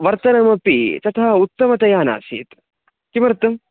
वर्तनमपि तथा उत्तमतया नासीत् किमर्थं